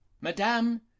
Madame